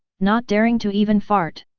not daring to even fart.